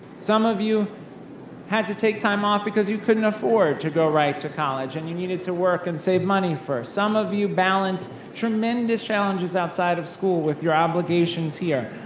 some of you had to take time off because you couldn't afford to go right to college, and you needed to work and save money first. some of you balanced tremendous challenges outside of school with your obligations here,